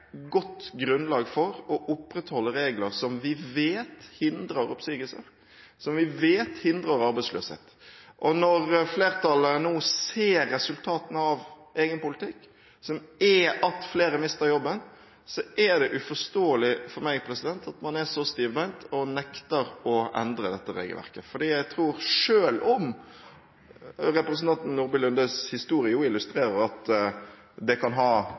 godt grunnlag for å opprettholde regler som vi vet hindrer oppsigelser, som vi vet hindrer arbeidsløshet. Når flertallet nå ser resultatene av egen politikk, som er at flere mister jobben, er det uforståelig for meg at man er så stivbeint og nekter å endre dette regelverket. Jeg tror at selv om representanten Nordby Lundes historie illustrerer at det kan ha